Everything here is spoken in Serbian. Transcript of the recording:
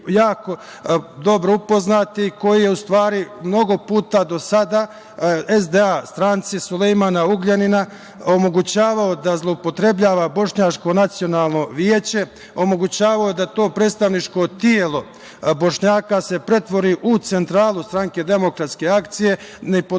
jako dobro upoznati i koji je u stvari mnogo puta do sada SDA stranci Sulejmana Ugljanina omogućavao da zloupotrebljava Bošnjačko nacionalno veće, omogućavao da to predstavničko telo Bošnjaka se pretvori u centralu Stranke demokratske akcije ne poštujući